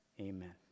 Amen